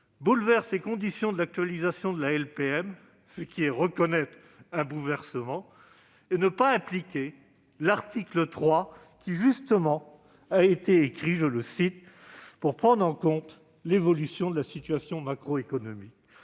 bouleverse les conditions de l'actualisation de la LPM, ce qui est reconnaître un bouleversement, et ne pas appliquer l'article 3, qui a justement été écrit pour que soit prise en compte l'évolution de la situation macroéconomique.